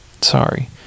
sorry